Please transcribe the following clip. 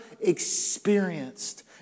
experienced